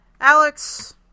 Alex